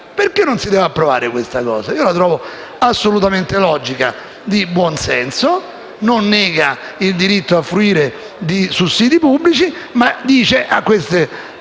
perché non si deve approvare questa norma? La trovo assolutamente logica, di buonsenso: non nega il diritto a fruire di sussidi pubblici, ma prevede che queste